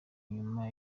nyuma